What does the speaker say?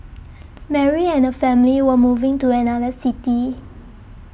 Mary and her family were moving to another city